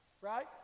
Right